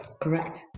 Correct